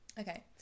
Okay